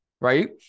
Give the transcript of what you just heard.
right